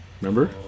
remember